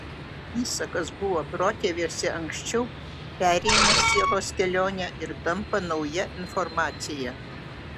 visa kas buvo protėviuose anksčiau pereina sielos kelionę ir tampa nauja informacija